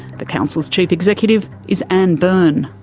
the council's chief executive is ann byrne.